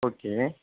okay